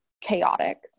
chaotic